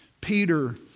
Peter